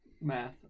Math